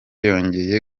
yongeye